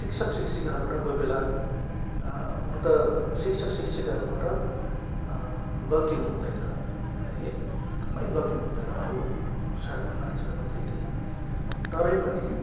शिक्षक शिक्षिकाहरूबाट कोही बेला हुन त शिक्षक शिक्षिकाहरूबाट गल्ती हुनु हुँदैन है एकदमै गल्ती हुनु हुँदैन अरू साधारण मानिसहरू भन्दाखेरि तरै पनि